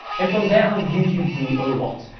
and from there on youtube grew a lot.